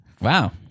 Wow